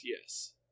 yes